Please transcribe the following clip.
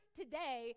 today